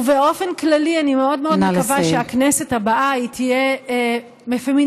ובאופן כללי אני מאוד מאוד מקווה שהכנסת הבאה תהיה פמיניסטית